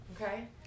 Okay